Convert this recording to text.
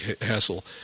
hassle